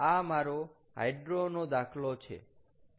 આ મારો હાઈડ્રો નો દાખલો છે